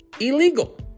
illegal